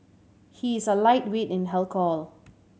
he is a lightweight in alcohol